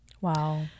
Wow